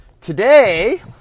Today